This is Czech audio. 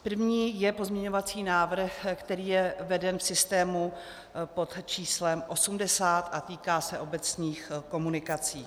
První je pozměňovací návrh, který je veden v systému pod č. 80 a týká se obecních komunikací.